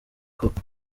koko